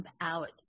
out